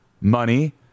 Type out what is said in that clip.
money